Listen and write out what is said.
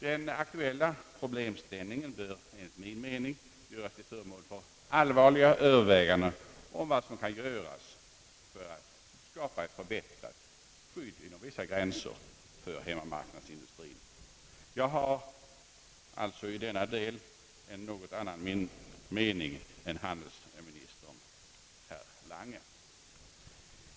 Den aktuella problemställningen bör enligt min mening ge anledning till allvarliga överväganden om vad som kan göras för att skapa ett förbättrat skydd inom vissa gränser för hemmamarknadsindustrien i avvaktan på vår anslutning till EEC. Jag har alltså i denna del en något annan mening än handelsministern herr Lange.